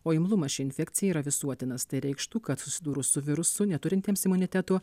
o imlumas šiai infekcijai yra visuotinas tai reikštų kad susidūrus su virusu neturintiems imuniteto